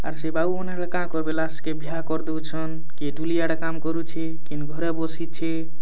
ଆର ସେ ବାବୁମାନେ ହେଲେ କାଁ କରିବେ ଲାଷ୍ଟକେ ବିହା କରି ଦେଉଛନ କିଏ ଟୁଲିଆଡ଼େ କାମ କରୁଛି କେନ ଘରେ ବସିଛେ